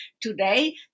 today